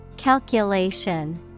Calculation